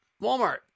Walmart